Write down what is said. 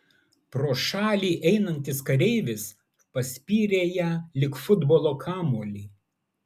pro šalį einantis kareivis paspyrė ją lyg futbolo kamuolį